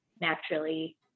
naturally